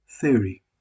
Theory